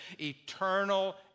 eternal